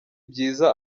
byiza